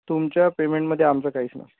तुमच्या पेमेंटमध्ये आमचं काहीच नसतंं